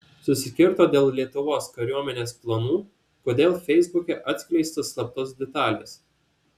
susikirto dėl lietuvos kariuomenės planų kodėl feisbuke atskleistos slaptos detalės